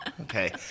Okay